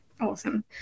awesome